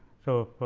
so,